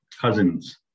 cousins